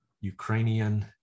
Ukrainian